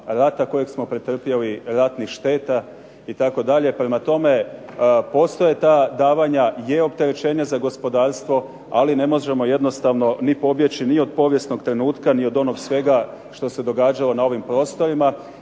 rata koji smo pretrpjeli, ratnih šteta itd. Prema tome, postoje ta davanja gdje je opterećenje za gospodarstvo, ali ne možemo jednostavno ni pobjeći ni od povijesnog trenutka ni od onog svega što se događalo na ovim prostorima